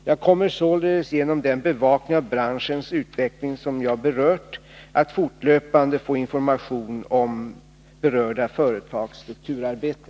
Jag kommer således, genom den bevakning av branschens utveckling som jag berört, att fortlöpande få information om berörda företags strukturarbete.